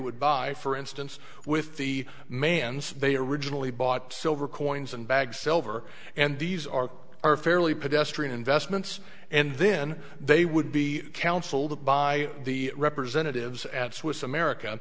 would buy for instance with the man's they originally bought silver coins and bags silver and these are are fairly pedestrian investments and then they would be counseled by the representatives at swiss america